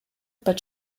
but